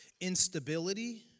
Instability